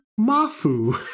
Mafu